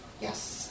Yes